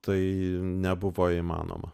tai nebuvo įmanoma